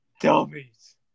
Dummies